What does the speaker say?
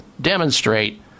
demonstrate